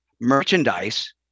Merchandise